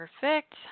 Perfect